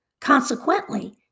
Consequently